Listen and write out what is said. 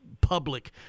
public